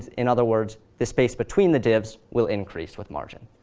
in other words, the space between the divs will increase with margin.